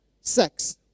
sex